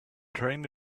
trying